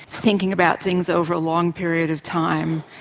thinking about things over a long period of time,